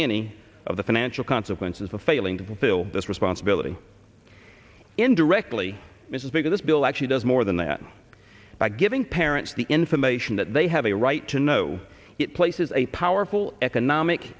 any of the financial consequences of failing to fulfill this responsibility indirectly mrs because this bill actually does more than that by giving parents the information that they have a right to know it places a powerful economic